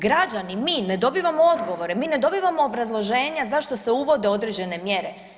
Građani, mi ne dobivamo odgovore, mi ne dobivamo obrazloženja zašto se uvode određene mjere.